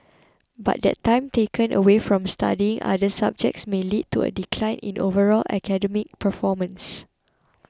but the time taken away from studying other subjects may lead to a decline in overall academic performance